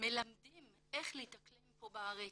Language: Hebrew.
מלמדים איך להתאקלם פה בארץ.